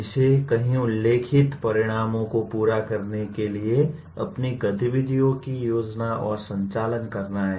इसे कई उल्लिखित परिणामों को पूरा करने के लिए अपनी गतिविधियों की योजना और संचालन करना है